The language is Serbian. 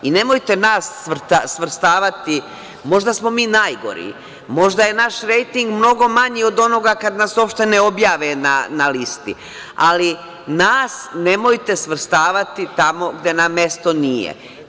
Nemojte nas svrstavati, možda smo mi najgori, možda je naš rejting mnogo manji od onoga kada nas uopšte ne objave na listi, ali nas nemojte svrstavati tamo gde nam mesto nije.